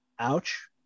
Ouch